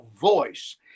voice